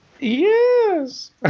Yes